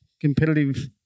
competitive